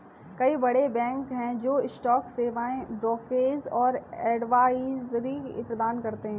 कई बड़े बैंक हैं जो स्टॉक सेवाएं, ब्रोकरेज और एडवाइजरी प्रदान करते हैं